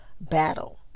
battle